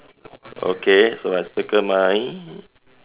okay so I circle mine